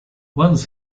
once